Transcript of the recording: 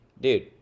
dude